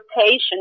patient